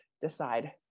decide